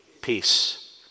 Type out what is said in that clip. Peace